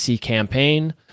campaign